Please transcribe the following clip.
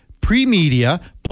pre-media